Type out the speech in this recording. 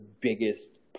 biggest